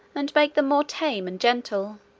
and make them more tame and gentle